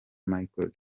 michael